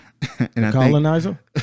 Colonizer